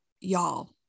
y'all